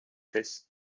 this